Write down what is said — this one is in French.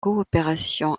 coopération